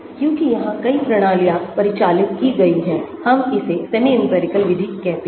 क्योंकि यहाँ कई प्रणालियाँ परिचालित की गई हैं हम इसे सेमी इंपिरिकल विधि कहते हैं